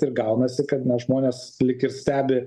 ir gaunasi kad na žmonės lyg ir stebi